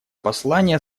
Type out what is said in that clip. послание